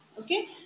Okay